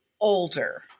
older